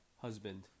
husband